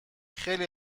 خیلی